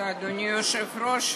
אדוני היושב-ראש,